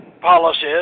policies